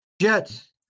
Jets